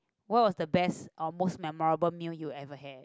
what was the best or most memorable meal you ever had